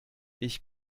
ich